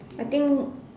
I think